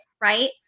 Right